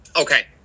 Okay